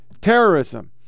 terrorism